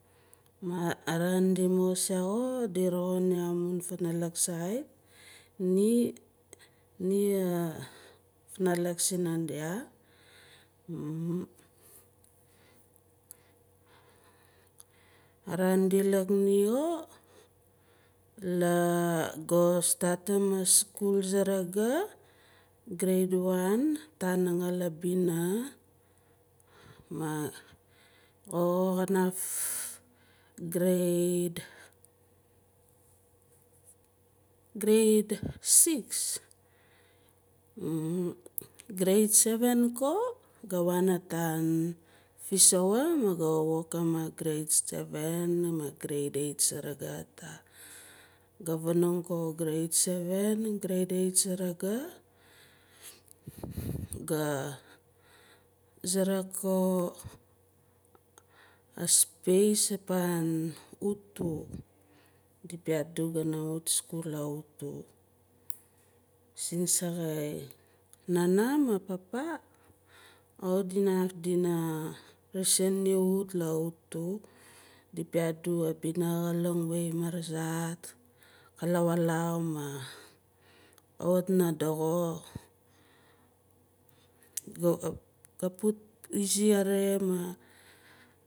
Maah araan di maaxus yah xo di voxin amun funalak sait ni afnalak sina dia araan di laak ni xo la ga startim aschool saraga grade one tananga labina ma xo kanaf grade grade six. Grade seven ko ga waan ataan fissoa maah ga wokim a grade seven maah grade eight saraga ataah. Ga vanong ko grade seven mah grade eight saraga ga suruk a space apaan utu di piaat gana wut skul ataan utu singsaxai nana maapapa kawit di naf dina resin ni wut la utu di piaat abma ga puut izi xare mah.